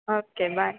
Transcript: okay bye